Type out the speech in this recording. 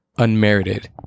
unmerited